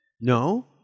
No